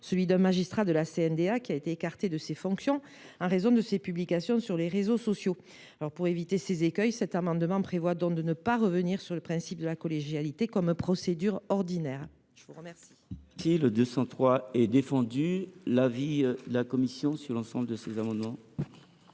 de ce magistrat de la CNDA qui a été écarté de ses fonctions en raison de ses publications sur les réseaux sociaux. Pour éviter ces écueils, cet amendement a pour objet de ne pas revenir sur le principe de la collégialité comme procédure ordinaire. L’amendement